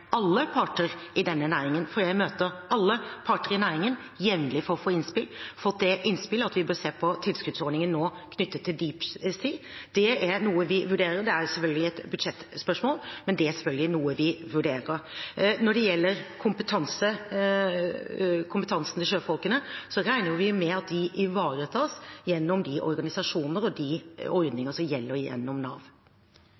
alle parter i denne næringen – for jeg møter alle parter i næringen jevnlig for å få innspill – fått det innspill at vi nå bør se på tilskuddsordningen knyttet til «deep sea». Det er noe vi vurderer. Det er selvfølgelig et budsjettspørsmål, men det er noe vi vurderer. Når det gjelder kompetansen til sjøfolkene, regner vi med at de ivaretas gjennom de organisasjoner og